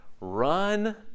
run